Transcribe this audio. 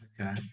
Okay